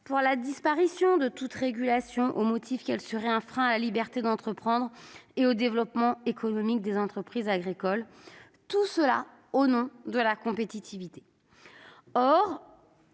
pour la disparition de toute régulation au motif qu'elle serait un frein à la liberté d'entreprendre et au développement économique des entreprises agricoles, tout cela au nom de la compétitivité. En